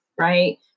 right